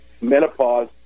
menopause